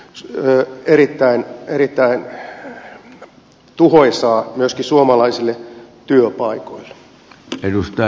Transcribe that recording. sdp vientiteollisuudelle se on myöskin erittäin tuhoisaa suomalaisille työpaikoille